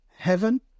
Heaven